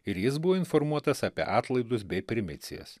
ir jis buvo informuotas apie atlaidus bei primicijas